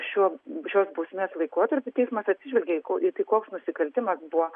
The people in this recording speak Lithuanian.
šiuo šios bausmės laikotarpiu teismas atsižvelgia į tai koks nusikaltimas buvo